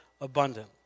abundant